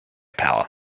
power